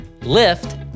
lift